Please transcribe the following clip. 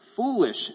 Foolish